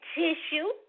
tissue